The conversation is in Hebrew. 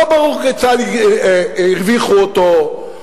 לא ברור כיצד הרוויחו אותו,